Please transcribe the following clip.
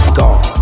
gone